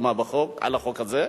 חתומה על החוק הזה,